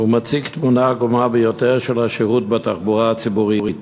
והוא מציג תמונה עגומה ביותר של השירות בתחבורה הציבורית.